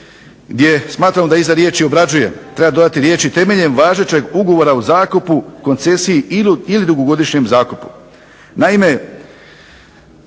gdje smatramo da iza riječi obrađuje treba dodati riječi temeljem važećeg ugovora o zakupu, koncesiji ili dugogodišnjem zakupu. Naime,